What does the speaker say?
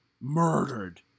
Murdered